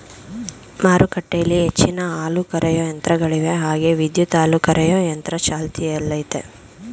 ಮಾರುಕಟ್ಟೆಲಿ ಹೆಚ್ಚಿನ ಹಾಲುಕರೆಯೋ ಯಂತ್ರಗಳಿವೆ ಹಾಗೆ ವಿದ್ಯುತ್ ಹಾಲುಕರೆಯೊ ಯಂತ್ರ ಚಾಲ್ತಿಯಲ್ಲಯ್ತೆ